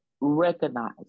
recognize